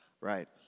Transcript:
right